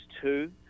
two